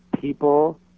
people